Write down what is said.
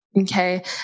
Okay